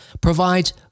provides